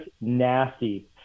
nasty